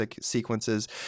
sequences